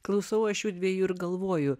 klausau aš judviejų ir galvoju